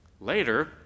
Later